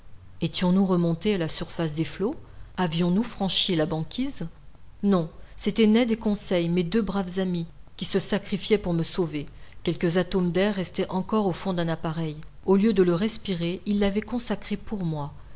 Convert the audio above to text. étions-nous remontés à la surface des flots avions-nous franchi la banquise non c'étaient ned et conseil mes deux braves amis qui se sacrifiaient pour me sauver quelques atomes d'air restaient encore au fond d'un appareil au lieu de le respirer ils l'avaient consacré pour moi